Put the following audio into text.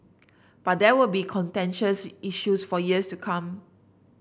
but there will be contentious issues for years to come